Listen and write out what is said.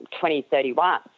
2031